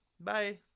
bye